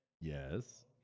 yes